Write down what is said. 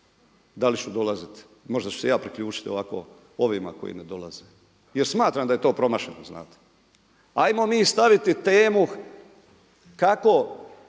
da li ću dolaziti, možda ću se i ja priključiti ovako ovima koji ne dolaze jer smatram da je to promašeno, znate. Ajmo mi staviti temu kako